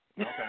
Okay